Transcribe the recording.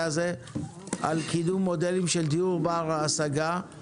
הזה על קידום מודלים של דיור בר השגה,